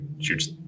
shoots